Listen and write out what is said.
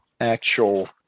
actual